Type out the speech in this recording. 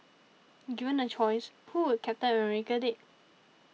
given a choice who would Captain America date